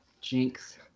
Jinx